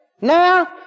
Now